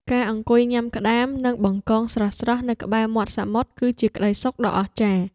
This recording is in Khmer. ការអង្គុយញ៉ាំក្ដាម និងបង្កងស្រស់ៗនៅក្បែរមាត់សមុទ្រគឺជាក្ដីសុខដ៏អស្ចារ្យ។